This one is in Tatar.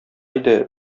иде